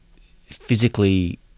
physically